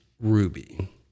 ruby